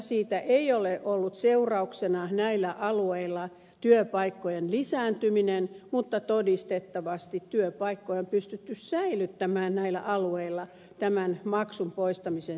siitä ei ole ollut seurauksena näillä alueilla työpaikkojen lisääntyminen mutta todistettavasti työpaikkoja on pystytty säilyttämään näillä alueilla tämän maksun poistamisen seurauksena